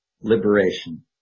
liberation